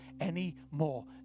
anymore